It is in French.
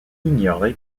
ignoré